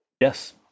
Yes